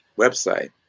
website